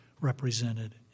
represented